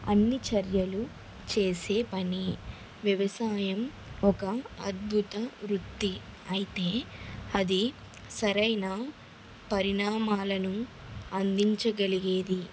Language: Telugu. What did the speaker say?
అన్ని చర్యలు చేసే పని వ్యవసాయం ఒక అద్భుత వృత్తి అయితే అది సరైన పరిణామాలను అందించగలిగేది